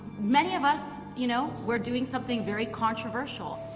many of us, you know, we're doing something very controversial.